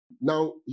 now